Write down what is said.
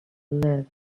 live